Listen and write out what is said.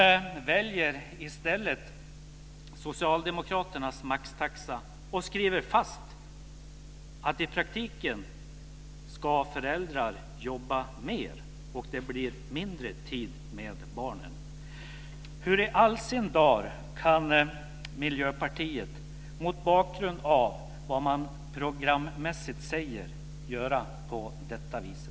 Man väljer i stället Socialdemokraternas maxtaxa och skriver fast att föräldrar i praktiken ska jobba mer och få mindre tid med barnen. Hur i all sin dar kan Miljöpartiet mot bakgrund av vad man programmässigt uttalar göra på detta vis?